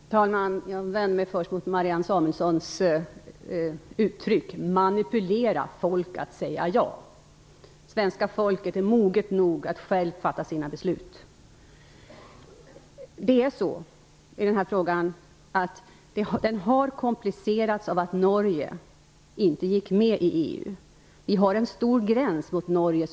Fru talman! Jag vänder mig först emot uttrycket "manipulera folk till att säga ja" som Marianne Samuelsson använde. Svenska folket är moget nog att självt fatta sina beslut. Frågan har komplicerats av att Norge inte gick med i EU. Som bekant har vi en vidsträckt gräns mot Norge.